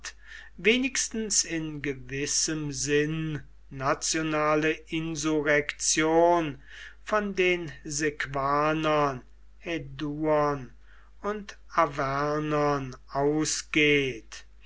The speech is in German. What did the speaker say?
wenigstens in gewissem sinn nationale insurrektion von den sequanern häduern und arvernern ausgeht